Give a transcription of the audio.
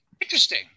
interesting